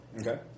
Okay